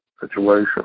situation